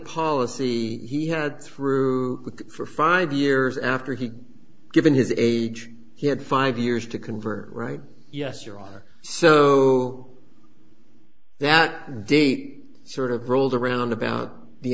policy he had through for five years after he'd given his age he had five years to convert right yes your honor so that date sort of rolled around about the